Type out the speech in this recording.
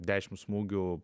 dešim smūgių